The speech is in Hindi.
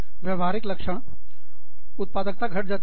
व्यवहारिक लक्षण उत्पादकता घट जाती है है